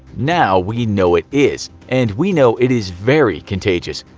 now we know it is, and we know it is very contagious.